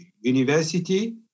university